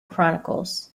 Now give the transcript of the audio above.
chronicles